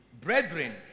Brethren